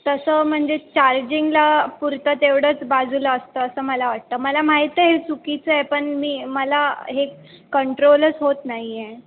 तसं म्हणजे चार्जिंगला पुरतं तेवढंच बाजूला असतं असं मला वाटतं मला माहीत आहे हे चुकीचं आहे पण मी मला हे कंट्रोलच होत नाही आहे